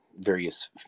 various